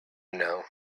know